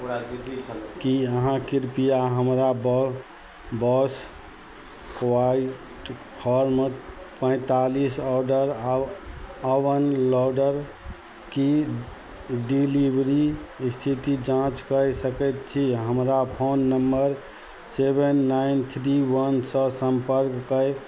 कि अहाँ कृपया हमरा बौ बॉस क्वाइट फॉर्म पैँतालिस ऑडर आव आवन लॉडरके डिलिवरी इस्थिति जाँच करि सकै छी हमरा phone number seven nine three वनसँ सम्पर्क कै